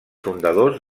fundadors